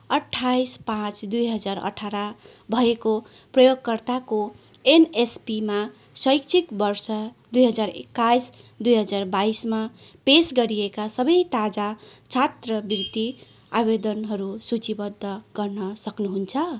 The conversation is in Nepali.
अट्ठाइस पाँच दुई हजार अठार भएको प्रयोगकर्ताको एनएसपीमा शैक्षिक वर्ष दुई हजार एक्काइस दुई हजार बाइसमा पेस गरिएका सबै ताजा छात्रवृत्ति आवेदनहरू सूचीबद्ध गर्न सक्नुहुन्छ